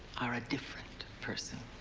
are different person.